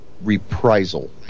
reprisal